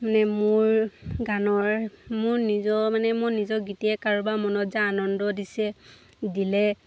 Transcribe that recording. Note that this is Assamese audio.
মানে মোৰ গানৰ মোৰ নিজৰ মানে মোৰ নিজৰ গীতে কাৰোবাৰ মনত যে আনন্দ দিছে দিলে